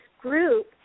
group